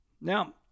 Now